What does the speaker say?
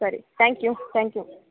ಸರಿ thank you thank you